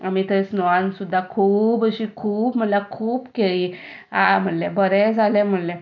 आमी थंय स्नोवान सुद्दां खूब अशी खूब म्हणल्यार खूब खेळ्ळी आं म्हणलें बरें जालें म्हणलें